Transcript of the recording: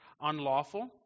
unlawful